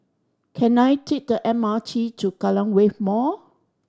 can I take the M R T to Kallang Wave Mall